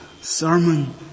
sermon